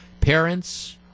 parents